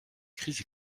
crise